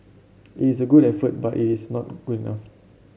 it is a good effort but it is not good enough